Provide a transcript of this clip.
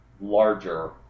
larger